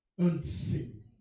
Unseen